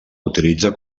utilitza